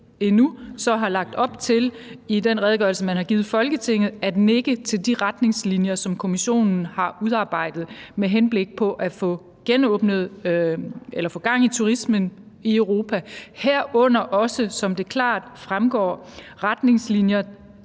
det er sket endnu, i den redegørelse, man har givet Folketinget, har lagt op til at ville nikke til de retningslinjer, som Kommissionen har udarbejdet med henblik på at få gang i turismen i Europa, herunder også, at – som det klart fremgår – retningslinjerne